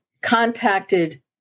contacted